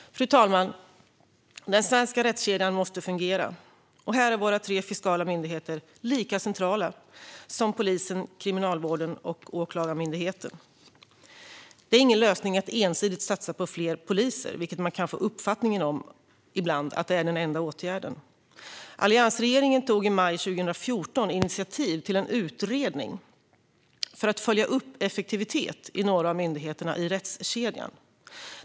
Fru talman! Den svenska rättskedjan måste fungera, och här är våra tre fiskala myndigheter lika centrala som polisen, Kriminalvården och Åklagarmyndigheten. Det är ingen lösning att ensidigt satsa på fler poliser - man kan ibland få uppfattningen att detta är den enda åtgärden. Alliansregeringen tog i maj 2014 initiativ till en utredning för att följa upp effektiviteten hos några av myndigheterna i rättskedjan.